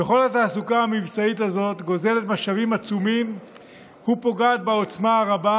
וכל התעסוקה המבצעית הזאת גוזלת משאבים עצומים ופוגעת בעוצמה רבה,